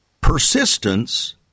Persistence